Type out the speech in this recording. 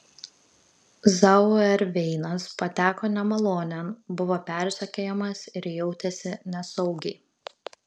zauerveinas pateko nemalonėn buvo persekiojamas ir jautėsi nesaugiai